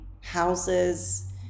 houses